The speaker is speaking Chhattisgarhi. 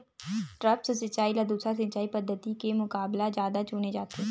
द्रप्स सिंचाई ला दूसर सिंचाई पद्धिति के मुकाबला जादा चुने जाथे